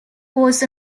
was